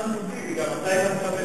מוצלח כמו טיבי, גם אתה היית מקבל.